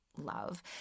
love